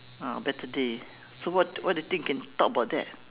ah better day so what what do you think can talk about that